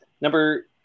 Number